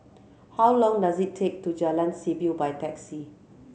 how long does it take to Jalan Seaview by taxi